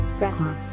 Grassroots